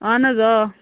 اَہَن حظ آ